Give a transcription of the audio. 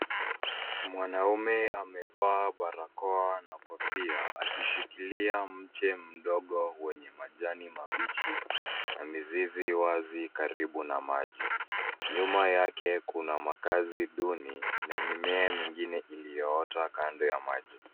Mwanaume amevaa barakoa na kofia, akishikilia mche mdogo wenye majani mabichi na mizizi wazi karibu na maji. Nyuma yake kuna makazi duni na mimea mingine iliyoota kando ya maji.